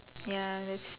ya that's